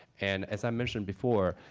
and as i mentioned before,